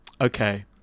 okay